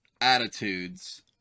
attitudes